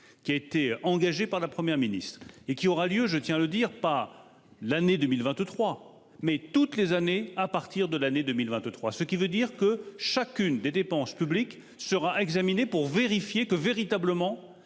qui a été engagé par la Première ministre et qui aura lieu, je tiens à le dire, pas l'année 2023 mais toutes les années, à partir de l'année 2023, ce qui veut dire que chacune des dépenses publiques, sera examiné pour vérifier que véritablement